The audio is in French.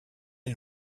les